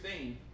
16